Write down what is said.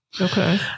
Okay